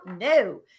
No